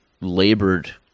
labored